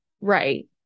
Right